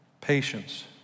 patience